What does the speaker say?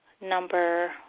number